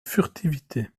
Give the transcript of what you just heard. furtivité